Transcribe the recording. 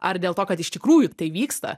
ar dėl to kad iš tikrųjų tai vyksta